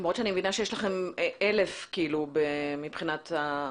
למרות שאני מבינה שיש לכם 1,000 מבחינת התקנים.